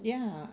ya